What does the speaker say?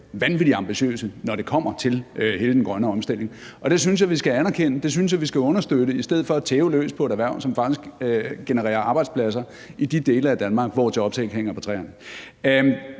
vanvittig ambitiøse, når det kommer til hele den grønne omstilling. Det synes jeg vi skal anerkende, og det synes jeg vi skal understøtte, i stedet for at tæve løs på et erhverv, som faktisk genererer arbejdspladser i de dele af Danmark, hvor job ikke hænger på træerne.